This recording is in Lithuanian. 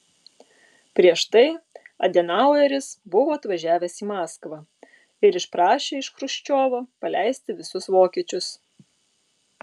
prieš tai adenaueris buvo atvažiavęs į maskvą ir išprašė iš chruščiovo paleisti visus vokiečius